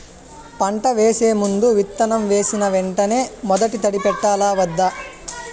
పంట వేసే ముందు, విత్తనం వేసిన వెంటనే మొదటి తడి పెట్టాలా వద్దా?